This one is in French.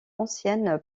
ancienne